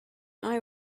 eye